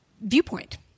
viewpoint